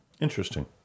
Interesting